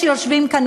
ואלה שיושבים כאן,